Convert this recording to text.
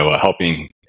helping